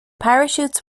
parachutes